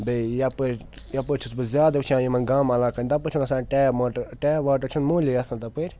بیٚیہِ یپٲرۍ یَپٲرۍ چھُس بہٕ زیادٕ وٕچھان یِمَن گامہٕ علاقن تَپٲرۍ چھُنہٕ آسان ٹیب ماٹَر ٹیب واٹَر چھُنہٕ موٗلی آسان تَپٲرۍ